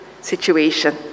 situation